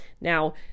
Now